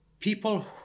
People